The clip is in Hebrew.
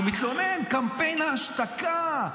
-- והוא מתלונן: קמפיין ההשתקה,